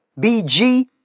BG